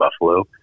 buffalo